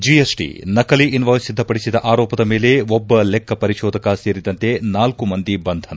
GST ನಕಲಿ invoice ಸಿದ್ಧ ಪಡಿಸಿದ ಆರೋಪದ ಮೇಲೆ ಒಬ್ಬ ಲೆಕ್ಕ ಪರಿಶೋಧಕ ಸೇರಿದಂತೆ ನಾಲ್ಕು ಮಂದಿ ಬಂಧನ